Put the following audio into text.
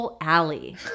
Alley